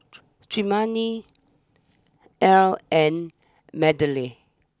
Tremayne Ely and Magdalen